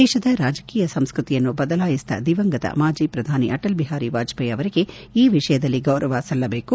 ದೇಶದ ರಾಜಕೀಯ ಸಂಸ್ವತಿಯನ್ನು ಬದಲಾಯಿಸಿದ ದಿವಂಗತ ಮಾಜಿ ಪ್ರಧಾನಿ ಅಟಲ್ ಬಿಹಾರಿ ವಾಜಪೇಯಿ ಅವರಿಗೆ ಈ ವಿಷಯದಲ್ಲಿ ಗೌರವ ಸಲ್ಲದೇಕು